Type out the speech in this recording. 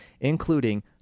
including